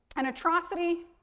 an atrocity,